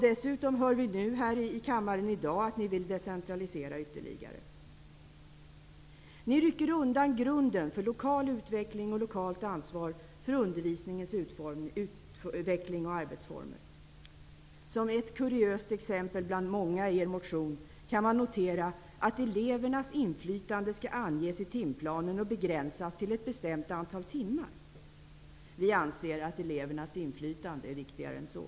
Dessutom har vi här i kammaren i dag fått höra att ni vill decentralisera ytterligare. Ni rycker undan grunden för lokal utveckling och lokalt ansvar för undervisningens utveckling och arbetsformer. Som ett kuriöst exempel bland många i er motion kan man notera att elevernas inflytande skall anges i timplanen och begränsas till ett bestämt antal timmar. Vi anser att elevernas inflytande är viktigare än så.